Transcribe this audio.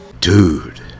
dude